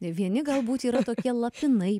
vieni galbūt yra tokie lapinai